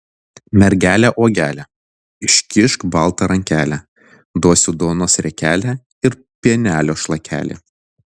mergele uogele iškišk baltą rankelę duosiu duonos riekelę ir pienelio šlakelį